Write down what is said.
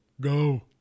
Go